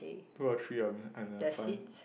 two or three and I'm fine